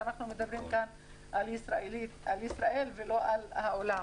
ואנחנו מדברים כאן על ישראל ולא על העולם.